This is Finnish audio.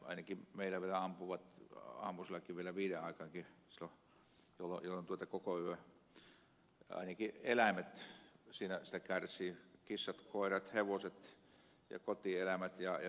ainakin meillä ampuvat aamusellakin vielä viiden aikaankin jolloin koko yön ainakin eläimet siitä kärsivät kissat koirat hevoset ja kotieläimet